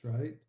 right